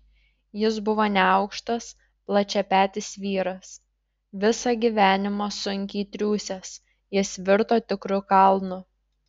jis buvo neaukštas plačiapetis vyras visą gyvenimą sunkiai triūsęs jis virto tikru kalnu